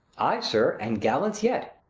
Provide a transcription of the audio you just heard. ay, sir, and gallants yet.